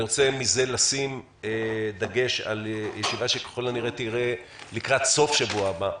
אני רוצה מזה לשים דגש על ישיבה שככל הנראה תהיה לקראת סוף שבוע הבא,